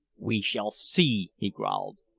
we shall see, he growled.